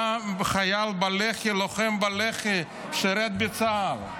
היה חייל בלח"י, לוחם בלח"י, ושירת בצה"ל.